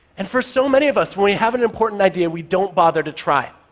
and for so many of us, when we have an important idea, we don't bother to try.